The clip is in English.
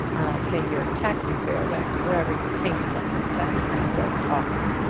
i'll pay your taxi fare back to wherever you came from. that's my best offer.